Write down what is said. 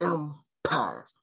Empire